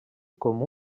com